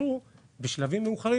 בחרו אולי התעניינו בשלבים מאוחרים,